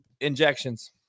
injections